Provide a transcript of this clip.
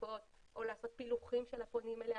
בדיקות או פילוחים של הפונים אליה,